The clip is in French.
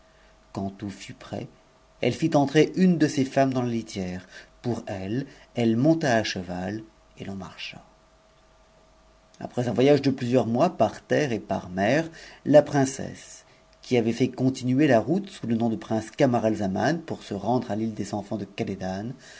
qumj tout fut prêt elle fit entrer une de ses femmes dans la litière pour elle elle monta à cheval et l'on marcha après un voyage de plusieurs mois par terre et par mer la princesse qui avait fait continuerla route sous lenomdu prince camarazalmau pourse rendre à l'île des enfants de